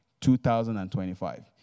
2025